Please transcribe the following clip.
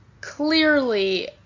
clearly –